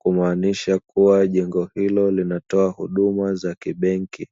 kumaanisha kuwa jengo hilo, linatoa huduma za kibenki.